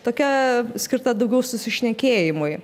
tokia skirta daugiau susišnekėjimui